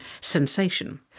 sensation